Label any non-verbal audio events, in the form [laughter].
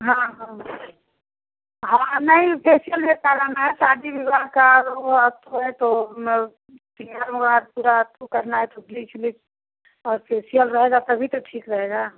हाँ हाँ हाँ नहीं फेसियल [unintelligible] कराना है शादी विवाह का वह [unintelligible] है तो म श्रृंगार उंगार पूरा अथु करना है तो ब्लीच उलीच और फेसियल रहेगा तभी तो ठीक रहेगा